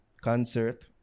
concert